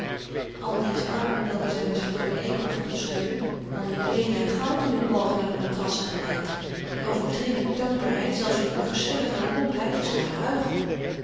al deze armen welke zij met freule eekhof ondersteunde hadden juweelen en goud in hunne walgelijke matrassen genaaid hunne overdreven dankbaarheid zelfs hunne onverschillige lompheid was gehuichel